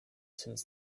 since